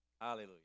Hallelujah